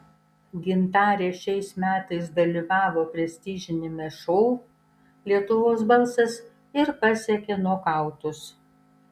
gintarė šiais metais dalyvavo prestižiniame šou lietuvos balsas ir pasiekė nokautus